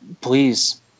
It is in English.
please